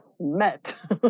met